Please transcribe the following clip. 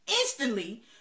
Instantly